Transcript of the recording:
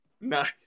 Nice